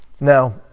Now